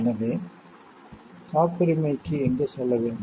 எனவே காப்புரிமைக்கு பேட்டண்ட் எங்கு செல்ல வேண்டும்